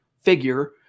figure